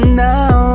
now